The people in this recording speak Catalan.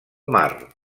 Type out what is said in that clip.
mar